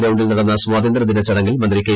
ഗ്രൌണ്ടിൽ നടന്ന സ്വാതന്ത്രൃദിന ചടങ്ങിൽ മന്ത്രി കെ